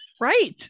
right